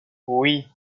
oui